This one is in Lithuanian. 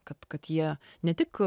kad kad jie ne tik